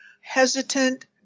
hesitant